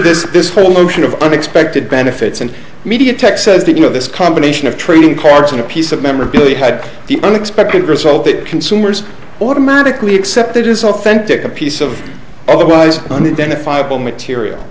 this this whole notion of unexpected benefits and media tek says that you know this combination of trading cards and a piece of memorabilia had the unexpected result that consumers automatically accepted as authentic a piece of otherwise